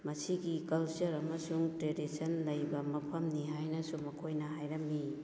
ꯃꯁꯤꯒꯤ ꯀꯜꯆꯔ ꯑꯃꯁꯨꯡ ꯇ꯭ꯔꯦꯗꯤꯁꯟ ꯂꯩꯕ ꯃꯐꯝꯅꯤ ꯍꯥꯏꯅꯁꯨ ꯃꯈꯣꯏꯅ ꯍꯥꯏꯔꯝꯃꯤ